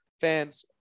fans